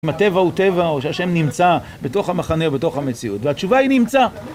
אם הטבע הוא טבע או שהשם נמצא בתוך המחנה ובתוך המציאות, והתשובה היא - נמצא